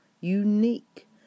unique